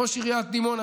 ראש עיריית דימונה,